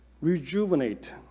rejuvenate